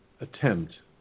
attempt